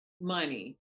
money